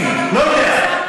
אני אסכים, לא מאה.